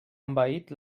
envaït